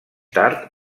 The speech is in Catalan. tard